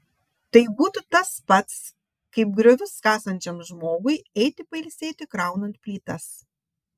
tai būtų tas pats kaip griovius kasančiam žmogui eiti pailsėti kraunant plytas